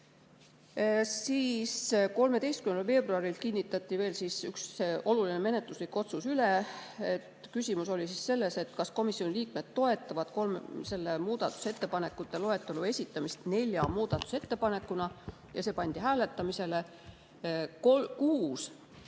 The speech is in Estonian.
13. veebruaril kinnitati veel üks oluline menetluslik otsus üle. Küsimus oli selles, kas komisjoni liikmed toetavad muudatusettepanekute loetelu esitamist nelja muudatusettepanekuna. See pandi hääletamisele.